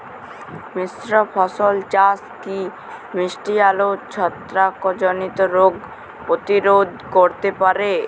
মিশ্র ফসল চাষ কি মিষ্টি আলুর ছত্রাকজনিত রোগ প্রতিরোধ করতে পারে?